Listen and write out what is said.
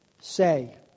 say